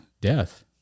death